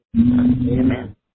Amen